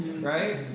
Right